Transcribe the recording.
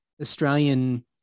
Australian